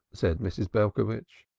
said mrs. belcovitch.